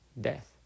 death